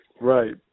right